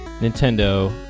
Nintendo